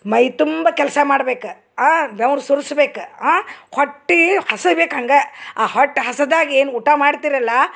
ಮೈ ತುಂಬ ಕೆಲಸ ಮಾಡ್ಬೇಕು ಬೆವ್ರು ಸುರ್ಸ್ಬೇಕು ಹೊಟ್ಟೆ ಹಸಿಬೇಕು ಹಂಗೆ ಆ ಹೊಟ್ಟೆ ಹಸದಾಗ ಏನು ಊಟ ಮಾಡ್ತಿರಲ್ಲಾ